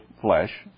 flesh